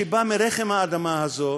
שבא מרחם האדמה הזאת,